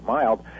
mild